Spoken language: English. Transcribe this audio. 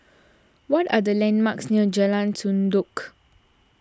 what are the landmarks near Jalan Sendudok